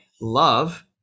love